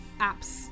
apps